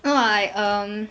no like um